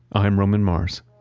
i'm roman mars.